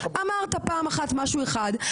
אמרת פעם אחת משהו אחד,